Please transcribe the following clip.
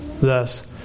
thus